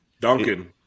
Duncan